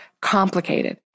complicated